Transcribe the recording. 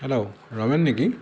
hello Ramen নেকি